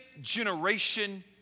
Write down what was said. generation